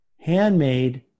handmade